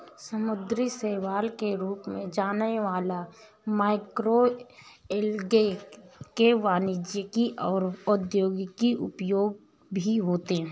समुद्री शैवाल के रूप में जाने वाला मैक्रोएल्गे के वाणिज्यिक और औद्योगिक उपयोग भी होते हैं